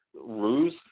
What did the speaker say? Ruse